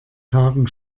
tagen